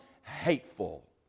hateful